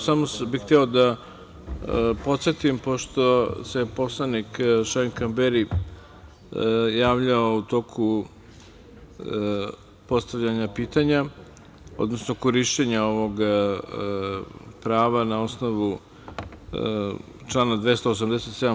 Samo bih hteo da podsetim, pošto se poslanik Šaip Kamberi javljao u toku postavljanja pitanja, odnosno korišćenja ovog prava na osnovu člana 287.